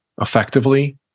effectively